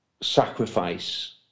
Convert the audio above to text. sacrifice